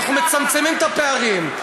אנחנו מצמצמים את הפערים.